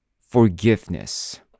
forgiveness